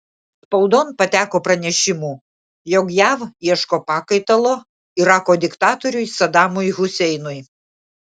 spaudon pateko pranešimų jog jav ieško pakaitalo irako diktatoriui sadamui huseinui